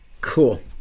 cool